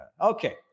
Okay